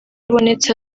ibonetse